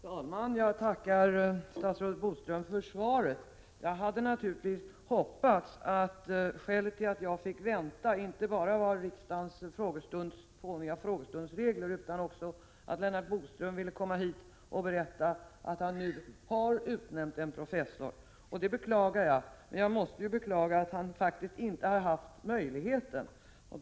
Herr talman! Jag tackar statsrådet Bodström för svaret. Jag hade naturligtvis hoppats att skälet till att jag fått vänta inte bara var riksdagens frågestunds formella regler utan också att Lennart Bodström ville komma hit och berätta att han nu utnämnt en professor. Jag beklagar att så inte är fallet, och jag måste beklaga att Lennart Bodström faktiskt inte har haft möjlighet tilldet.